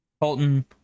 Colton